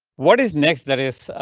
what is next? that is,